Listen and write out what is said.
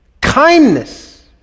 kindness